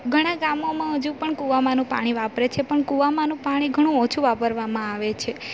ઘણાં ગામોમાં હજુ પણ કુવામાંનું પાણી વાપરે છે પણ કુવામાંનું પાણી ઘણું ઓછું વાપરવામાં આવે છે